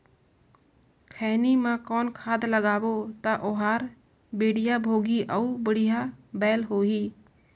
खैनी मा कौन खाद लगाबो ता ओहार बेडिया भोगही अउ बढ़िया बैल होही?